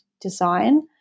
design